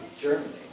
Germany